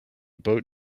boat